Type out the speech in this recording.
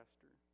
Pastor